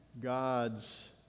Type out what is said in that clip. God's